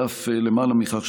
ואף למעלה מכך,